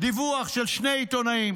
דיווח של שני עיתונאים.